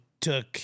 took